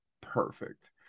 perfect